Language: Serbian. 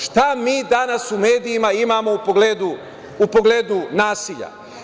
Šta mi danas u medijima imamo u pogledu nasilja?